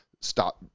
Stop